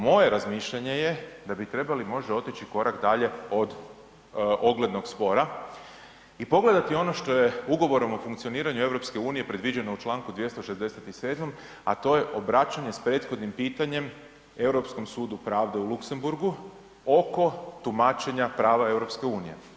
Moje razmišljanje je da bi trebali možda otići korak dalje, od oglednog spora i pogledati ono što je ugovorom o funkcioniranje EU, predviđeno člankom 267. a to je obraćanje s prethodnim pitanjem Europskom sudu pravde u Luksemburgu oko tumačenja prava EU.